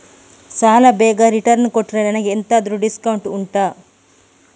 ಸಾಲ ಬೇಗ ರಿಟರ್ನ್ ಕೊಟ್ರೆ ನನಗೆ ಎಂತಾದ್ರೂ ಡಿಸ್ಕೌಂಟ್ ಉಂಟಾ